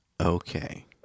Okay